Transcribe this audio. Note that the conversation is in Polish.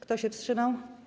Kto się wstrzymał?